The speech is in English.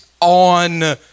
on